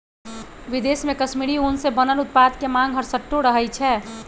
विदेश में कश्मीरी ऊन से बनल उत्पाद के मांग हरसठ्ठो रहइ छै